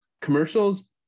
commercials